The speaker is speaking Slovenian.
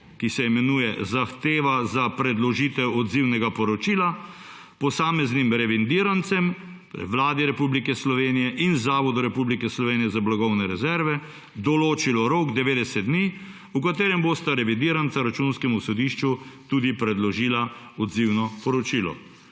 ki se imenuje Zahteva za predložitev odzivnega poročila posameznim revidirancem, Vladi Republike Slovenije in Zavodu Republike Slovenije za blagovne rezerve določilo rok 90 dni, v katerem bosta revidiranca Računskemu sodišču tudi predložila odzivno poročilo.